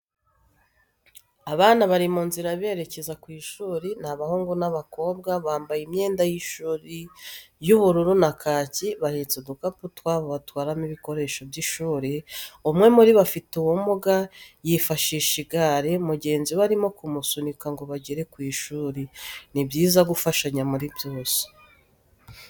Abana bari mu nzira berekeza ku ishuri, ni abahungu n'abakobwa bambaye imyenda y'ishuri y'ubururu na kaki, bahetse udukapu twabo batwaramo ibikoresho by'ishuri, umwe muri bo afite ubumuga yifashisha igare, mugenzi we arimo kumusunika ngo bagerane ku ishuri. Ni byiza gufashanya muri byose.